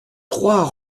trois